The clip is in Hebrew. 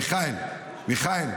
מיכאל,